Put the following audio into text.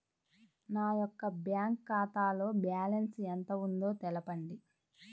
నా యొక్క బ్యాంక్ ఖాతాలో బ్యాలెన్స్ ఎంత ఉందో తెలపండి?